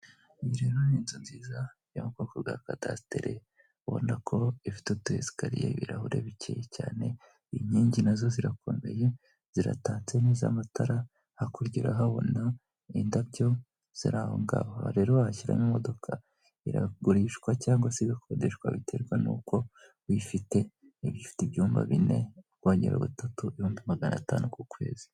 Iyi rero ni inzu nziza yo mu bwoko bwa Kadateri ubona ko ifite utu esikariye, ibirahure bikeye cyane, inkingi nazo zirakomeye ziratatse neza, nk'iz'amatara hakurya habona indabyo ziri aho ngaho rero washyiramo imodoka iragurishwa cyangwa se igakodeshwa biterwa n'uko wifite, ibafite ibyumba bine aho kogera hatatu ibihumbi magana atanu ku kwezi.